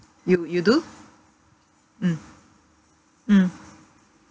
you you do mm mm